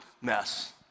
mess